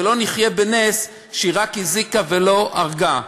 ולא נחיה בנס שהיא רק הזיקה ולא הרגה.